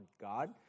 God